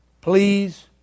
Please